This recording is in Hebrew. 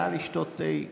נא לשתות תה בפרסה.